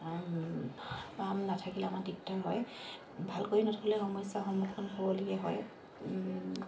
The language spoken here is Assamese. পাম নাথাকিলে আমাৰ দিগদাৰ হয় ভালকৈ নথ'লে সমস্যাৰ সন্মুখীন হ'বলগীয়া হয়